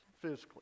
physically